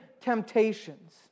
temptations